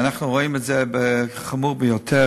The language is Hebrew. אנחנו רואים את זה כדבר חמור ביותר.